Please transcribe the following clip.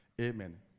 amen